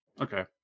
Okay